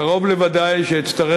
קרוב לוודאי שאצטרך,